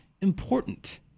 important